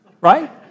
right